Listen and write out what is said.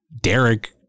Derek